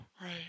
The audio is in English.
right